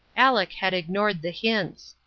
aleck had ignored the hints.